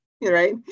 right